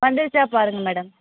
வந்திருச்சா பாருங்க மேடம்